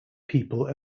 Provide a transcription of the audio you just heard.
people